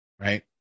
Right